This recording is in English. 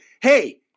Hey